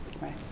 right